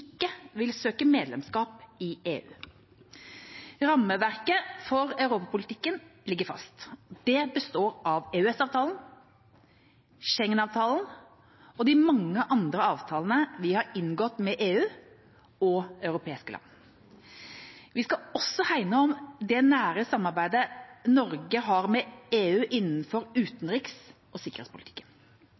vil søke om norsk medlemskap i EU. Rammeverket for europapolitikken ligger fast. Det består av EØS-avtalen, Schengen-avtalen og de mange andre avtalene vi har inngått med EU og europeiske land. Vi skal også hegne om det nære samarbeidet Norge har med EU innenfor utenriks- og sikkerhetspolitikken.